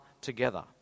together